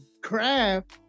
craft